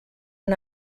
han